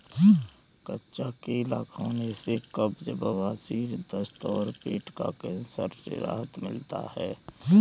कच्चा केला खाने से कब्ज, बवासीर, दस्त और पेट का कैंसर से राहत मिलता है